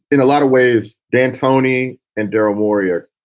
in a lot of ways, d'antoni and derrick warrior,